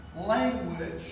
language